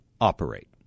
operate